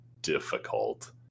difficult